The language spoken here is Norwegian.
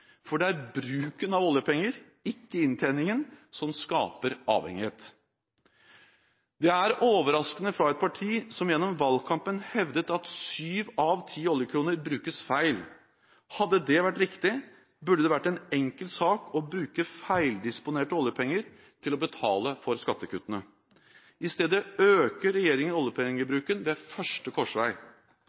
for det er bruken av oljepenger – ikke inntjeningen – som skaper avhengighet. Dette er overraskende av et parti som gjennom valgkampen hevdet at sju av ti oljekroner brukes feil. Hadde det vært riktig, burde det vært en enkel sak å bruke feildisponerte oljepenger til å betale for skattekuttene. I stedet øker regjeringen oljepengebruken ved første korsvei.